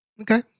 Okay